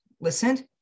listened